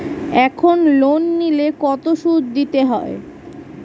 এখন লোন নিলে কত সুদ দিতে হয়?